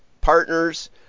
partners